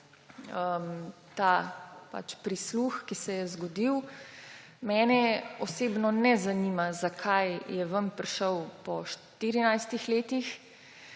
ta prisluh, ki se je zgodil. Mene osebno ne zanima, zakaj je ven prišel po 14 letih.